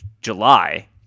July